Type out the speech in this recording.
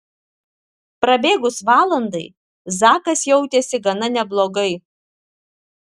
prabėgus valandai zakas jautėsi gana neblogai